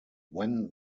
when